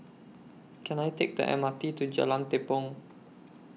Can I Take The M R T to Jalan Tepong